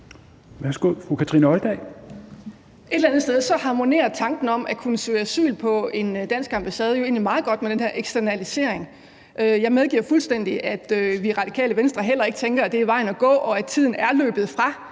Et eller andet sted harmonerer tanken om, at man skal kunne søge asyl på en dansk ambassade, jo egentlig meget godt med den her eksternalisering. Jeg medgiver fuldstændig, at vi i Radikale Venstre heller ikke tænker, at det er vejen at gå, og at tiden er løbet fra